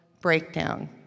breakdown